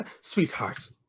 sweetheart